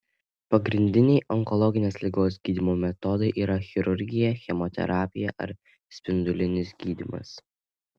pagrindiniai onkologinės ligos gydymo metodai yra chirurgija chemoterapija ar spindulinis gydymas